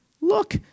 Look